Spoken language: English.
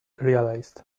realized